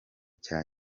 cya